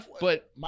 But-